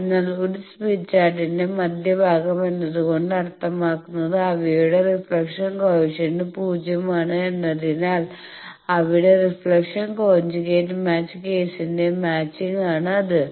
അതിനാൽ ഒരു സ്മിത്ത് ചാർട്ടിന്റെ മധ്യഭാഗം എന്നതുകൊണ്ട് അർത്ഥമാക്കുന്നത് അവയുടെ റീഫ്ലക്ഷൻ കോയെഫിഷ്യന്റ് പൂജ്യമാണ് എന്നതിനാൽ അവിടെ റിഫ്ലക്ഷൻ കോഞ്ചുഗേറ്റ് മാച്ച് കേസിന്റെ മാച്ചിങ് ആണ് അത്